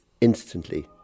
instantly